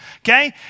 Okay